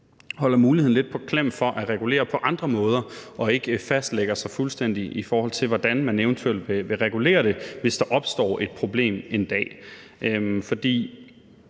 holder muligheden lidt på klem for at regulere på andre måder og ikke lægger sig fuldstændig fast, i forhold til hvordan man eventuelt vil regulere det, hvis der opstår et problem en dag. For